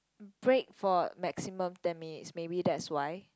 break for maximum ten minutes maybe that's why